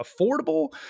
affordable